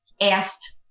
asked